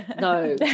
no